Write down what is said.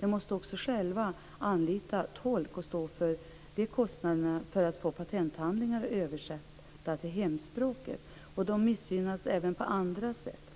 De måste också själva anlita en tolk och stå för de kostnaderna för att få patenthandlingar översatta till hemspråket. De missgynnas även på andra sätt.